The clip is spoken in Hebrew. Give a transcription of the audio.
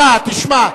שמע, תשמע.